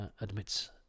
admits